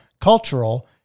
cultural